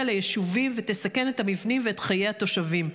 ליישובים ותסכן את המבנים ואת חיי התושבים.